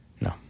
No